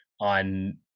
on